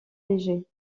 léger